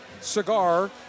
cigar